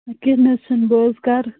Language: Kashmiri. کیٚنٛہہ نہَ حَظ چھُ نہٕ بہٕ حَظ کرٕ